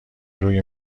روی